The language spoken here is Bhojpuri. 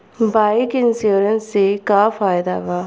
बाइक इन्शुरन्स से का फायदा बा?